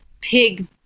pig